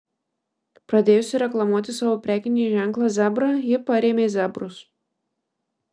pradėjusi reklamuoti savo prekinį ženklą zebra ji parėmė zebrus